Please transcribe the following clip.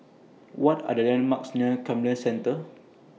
What Are The landmarks near Camden Centre